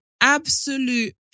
absolute